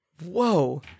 Whoa